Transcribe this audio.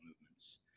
movements